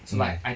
mm